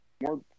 more